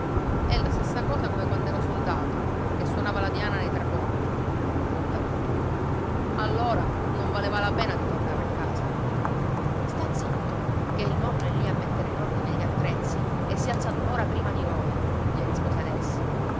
è la stessa cosa come quand'ero soldato che suonava la diana nei traponti borbottava ntoni allora non valeva la pena di tornare a casa sta zitto ché il nonno è lì a mettere in ordine gli attrezzi e si è alzato un'ora prima di noi gli rispose alessi